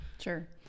Sure